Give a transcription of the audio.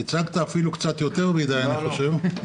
הצגת אפילו קצת יותר מדי אני חושב.